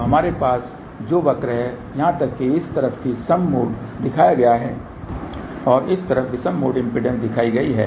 तो हमारे पास जो वक्र है यहां तक कि इस तरफ भी सम मोड दिखाया गया है और इस तरफ विषम मोड इम्पीडेन्स दिखाई गई है